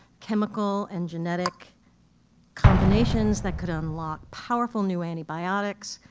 chemical and genetic combinations that could unlock powerful new antibiotics,